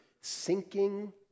sinking